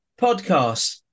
podcast